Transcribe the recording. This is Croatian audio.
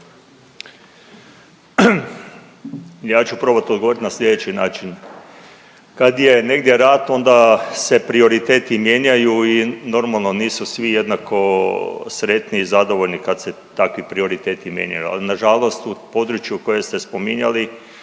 Ja ću probati odgovoriti na slijedeći način. Kad je negdje rat onda se prioriteti mijenjaju i normalno nisu svi jednako sretni i zadovoljni kad se takvi prioriteti mijenjaju ali nažalost u području koje ste spominjali